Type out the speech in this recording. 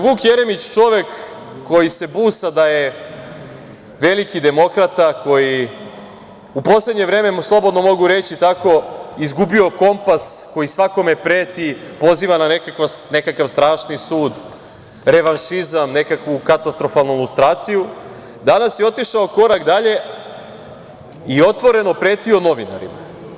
Vuk Jeremić, čovek koji se busa da je veliki demokrata, koji je u poslednje vreme, slobodno mogu reći tako, izgubio kompas, koji svakome preti, poziva na nekakav strašni sud, revanšizam, nekakvu katastrofalnu lustraciju, danas je otišao korak dalje i otvoreno pretio novinarima.